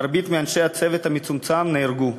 מרבית אנשי הצוות המצומצם נהרגו.